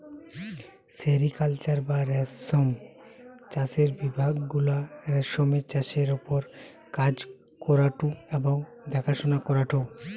sericulture বা রেশম চাষের বিভাগ গুলা রেশমের চাষের ওপর কাজ করঢু এবং দেখাশোনা করঢু